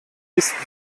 ist